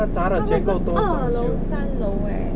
这个是二楼三楼 eh